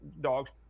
dogs